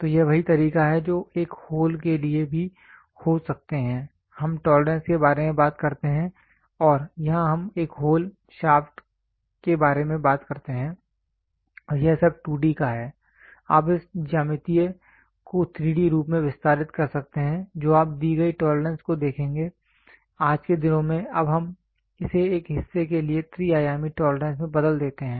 तो यह वही तरीका है जो एक होल के लिए भी हो सकते हैं हम टॉलरेंस के बारे में बात करते हैं और यहां हम एक होल शाफ्ट के बारे में बात करते हैं और यह सब 2D का है आप इस ज्यामिति को 3D रूप में विस्तारित कर सकते हैं जो आप दी गई टॉलरेंस को देखेंगे आज के दिनों में अब हम इसे एक हिस्से के लिए त्रि आयामी टॉलरेंस में बदल देते हैं